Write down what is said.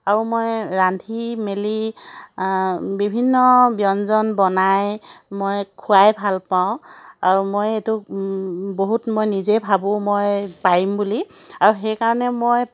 আৰু মই ৰান্ধি মেলি বিভিন্ন ব্যঞ্জন বনাই মই খুৱাই ভাল পাওঁ আৰু মই এইটো বহুত মই নিজেই ভাবোঁ মই পাৰিম বুলি আৰু সেইকাৰণে মই